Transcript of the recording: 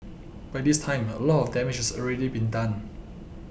by this time a lot of damage has already been done